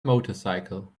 motorcycle